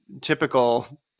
typical